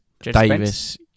Davis